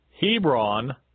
Hebron